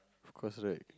of course right